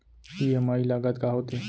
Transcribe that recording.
EMI लागत का होथे?